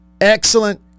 excellent